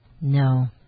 No